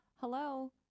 Hello